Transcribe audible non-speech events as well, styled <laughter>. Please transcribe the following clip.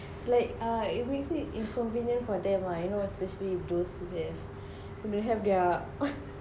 like err it will be inconvenience for them lah you know especially those who have who don't have their <laughs>